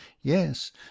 Yes